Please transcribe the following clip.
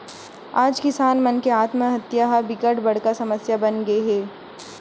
आज किसान मन के आत्महत्या ह बिकट बड़का समस्या बनगे हे